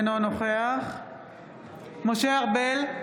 אינו נוכח משה ארבל,